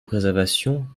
préservation